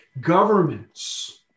Governments